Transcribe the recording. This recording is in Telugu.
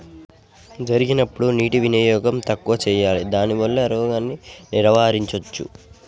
జరిగినప్పుడు నీటి వినియోగం తక్కువ చేయాలి దానివల్ల రోగాన్ని నివారించవచ్చా?